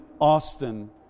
Austin